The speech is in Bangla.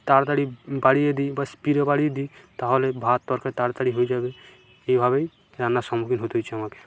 তাড়াতাড়ি বাড়িয়ে দিই বা স্পিডও বাড়িয়ে দিই তাহলে ভাত তরকারি তাড়াতাড়ি হয়ে যাবে এইভাবেই রান্নার সম্মুখীন হতে হয়েছে আমাকে